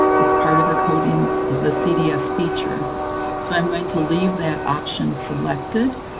it's part of the coding the cds feature so i'm going to leave that option selected,